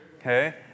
okay